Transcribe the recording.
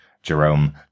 Jerome